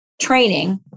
training